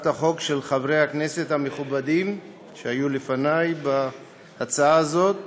החוק של חברי הכנסת המכובדים שהיו לפני בהצעה הזאת.